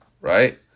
right